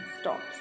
stops